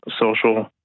social